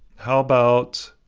how about.